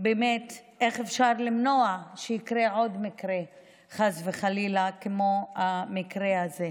באמת איך אפשר למנוע עוד מקרה כמו המקרה הזה,